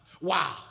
wow